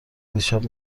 دیشب